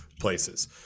places